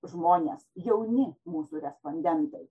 žmonės jauni mūsų respondentai